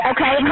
Okay